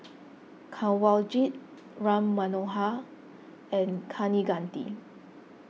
Kanwaljit Ram Manohar and Kaneganti